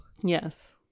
yes